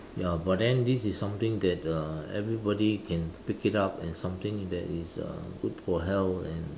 ya but then this is something that uh everybody can pick it up and something that is uh good for health and